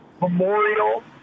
Memorial